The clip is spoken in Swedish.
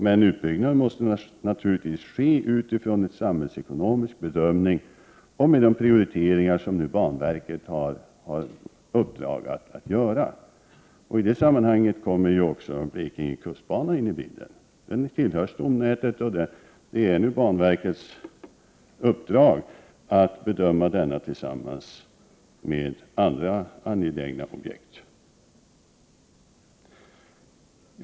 Men utbyggnaden måste naturligtvis ske utifrån en samhällsekonomisk bedömning och utifrån de prioriteringar som banverket nu har i uppdrag att göra. I detta sammanhang kommer också Blekinge kustbana in i bilden. Den tillhör stomnätet, och det ingår i banverkets uppdrag att bedöma denna och även andra angelägna objekt.